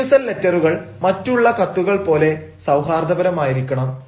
refusal ലെറ്ററുകൾ മറ്റുള്ള കത്തുകൾ പോലെ സൌഹാർദ്ദപരമായിരിക്കണം